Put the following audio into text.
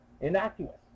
innocuous